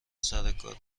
سرکار